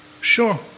Sure